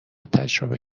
تجربه